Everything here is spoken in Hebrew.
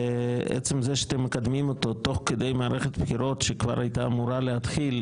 עצם זה שאתם מקדמים אותו תוך כדי מערכת בחירות שכבר הייתה אמורה להתחיל,